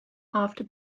after